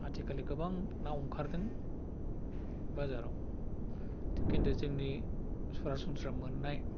आथिखालनि गोबां ना ओंखारदों बाजाराव खिनथु जोंनि सरासनस्रा मोन्नाय